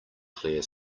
clear